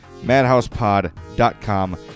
madhousepod.com